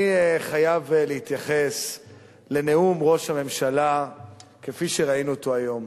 אני חייב להתייחס לנאום של ראש הממשלה כפי שראינו אותו היום.